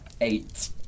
eight